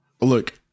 Look